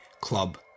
club